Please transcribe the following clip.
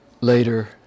later